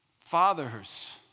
fathers